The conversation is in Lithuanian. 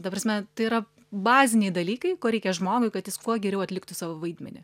ta prasme tai yra baziniai dalykai ko reikia žmogui kad jis kuo geriau atliktų savo vaidmenį